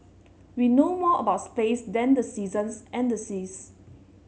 we know more about space than the seasons and the seas